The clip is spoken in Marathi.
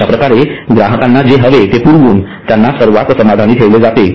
अश्याप्रकारे ग्राहकांना जे हवे ते पुरवून त्यांना सर्वात समाधानी ठेवले जाते